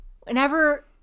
whenever